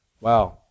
wow